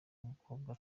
umukobwa